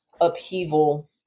upheaval